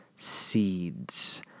seeds